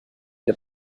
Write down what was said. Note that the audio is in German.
der